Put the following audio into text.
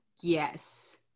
Yes